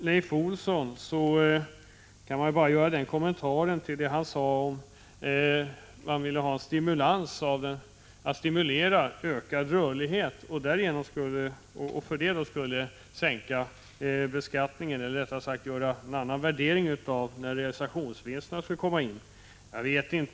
Leif Olsson sade att man ville stimulera ökad rörlighet och därigenom minska beskattningen, eller rättare sagt göra en annan värdering av när realisationsvinsterna skulle komma in i bilden. Herr talman!